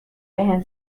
بهم